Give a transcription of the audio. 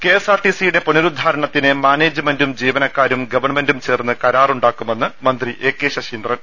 K S R T സിയുടെ പുന്നരുദ്ധാരണത്തിന് മാനേ ജ്മെന്റും ജീവനക്കാരും ഗവൺമെന്റും ചേർന്ന് കരാറുണ്ടാ ക്കുമെന്ന് മന്ത്രി എ കെ ശശീന്ദ്രൻ